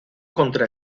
contra